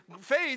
faith